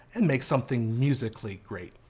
and make something musically great.